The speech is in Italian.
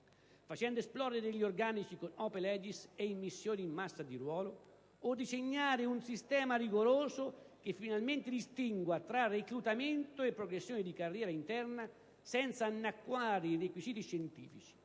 facendo esplodere gli organici con *ope legis* e immissioni in massa di ruolo, o disegnare un sistema rigoroso che finalmente distingua tra reclutamento e progressione di carriera interna senza annacquare i requisiti scientifici,